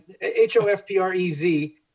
h-o-f-p-r-e-z